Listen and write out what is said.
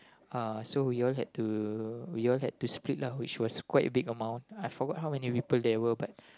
uh so we all had to we all had to split lah which was quite a big amount I forgot how many people there were but